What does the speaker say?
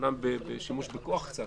אומנם בשימוש קצת בכוח,